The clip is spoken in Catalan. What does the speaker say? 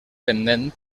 pendent